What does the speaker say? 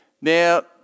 Now